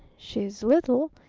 she's little.